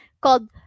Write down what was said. called